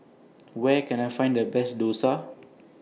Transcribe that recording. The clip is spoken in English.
Where Can I Find The Best Dosa